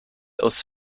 aus